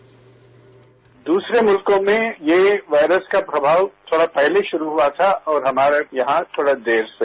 bite दूसरे मुल्कों में यह वायरस का प्रभाव थोड़ा पहले शुरू हुआ था और हमारे यहां थोड़ा देर से